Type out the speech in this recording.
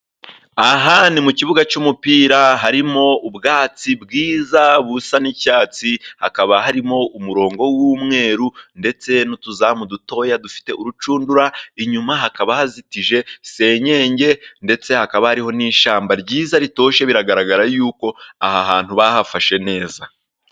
Aha ni mu kibuga cy' umupira harimo ubwatsi bwiza, busa n' icyatsi, hakaba harimo umurongo w' umweru ndetse n' utuzamu dutoya dufite urucundura inyuma, hakaba hazitije senyenge, ndetse hakaba hariho n' ishyamba ryiza ritoshye biragaragara yuko aha hantu bahafashe neza.